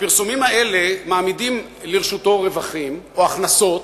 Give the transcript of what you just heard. הפרסומים האלה מעמידים לרשותו רווחים או הכנסות,